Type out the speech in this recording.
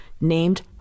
named